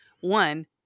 One